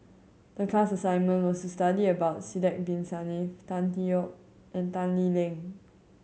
the class assignment was study about Sidek Bin Saniff Tan Tee Yoke and Tan Lee Leng